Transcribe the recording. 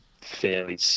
fairly